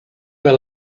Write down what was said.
par